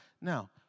now